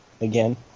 again